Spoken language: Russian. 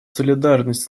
солидарность